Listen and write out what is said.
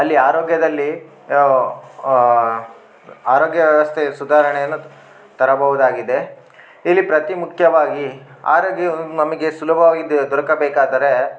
ಅಲ್ಲಿ ಆರೋಗ್ಯದಲ್ಲಿ ಆರೋಗ್ಯ ವ್ಯವಸ್ಥೆಯು ಸುಧಾರಣೆಯನ್ನು ತರಬಹುದಾಗಿದೆ ಇಲ್ಲಿ ಅತಿ ಮುಖ್ಯವಾಗಿ ಆರೋಗ್ಯವು ನಮಗೆ ಸುಲಭವಾಗಿ ದೊರಕಬೇಕಾದರೆ